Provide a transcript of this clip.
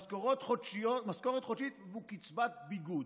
משכורת חודשית וקצבת ביגוד.